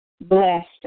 blessed